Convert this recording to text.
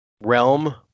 realm